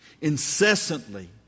incessantly